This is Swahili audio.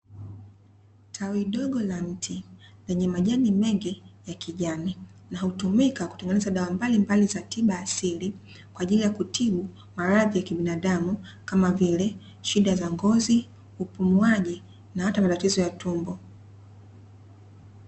Tawi dogo la mti zenye majani mengi ya kijani na hutumika kutengeneza dawa mbalimbali za tiba asili kwa ajili ya kutibu maradhi ya kibinadamu, kama vile shida za ngozi upumuaji na hata matatizo ya tumbo.